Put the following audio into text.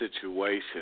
situation